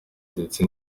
ndetse